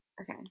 Okay